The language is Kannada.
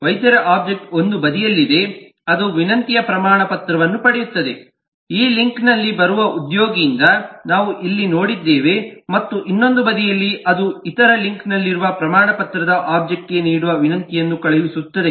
ವೈದ್ಯರ ಒಬ್ಜೆಕ್ಟ್ ಒಂದು ಬದಿಯಲ್ಲಿದೆ ಅದು ವಿನಂತಿಯ ಪ್ರಮಾಣಪತ್ರವನ್ನು ಪಡೆಯುತ್ತದೆ ಈ ಲಿಂಕ್ನಲ್ಲಿ ಬರುವ ಉದ್ಯೋಗಿಯಿಂದ ನಾವು ಇಲ್ಲಿ ನೋಡಿದ್ದೇವೆ ಮತ್ತು ಇನ್ನೊಂದು ಬದಿಯಲ್ಲಿ ಅದು ಇತರ ಲಿಂಕ್ನಲ್ಲಿರುವ ಪ್ರಮಾಣಪತ್ರ ಒಬ್ಜೆಕ್ಟ್ಗೆ ನೀಡುವ ವಿನಂತಿಯನ್ನು ಕಳುಹಿಸುತ್ತದೆ